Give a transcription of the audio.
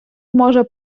може